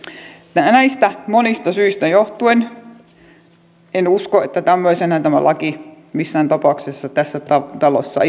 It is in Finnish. näistä monista syistä johtuen en usko että tämmöisenään laki missään tapauksessa tässä talossa